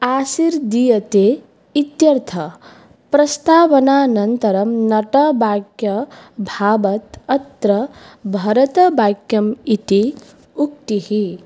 आशार्दीयते इत्यर्थः प्रस्तावनानन्तरं नटवाक्य भावात् अत्र भरतवाक्यम् इति उक्तिः